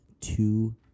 two